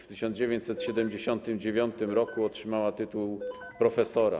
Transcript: W 1979 r. otrzymała tytuł profesora.